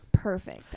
Perfect